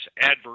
adverse